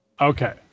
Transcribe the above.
Okay